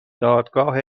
دادگاه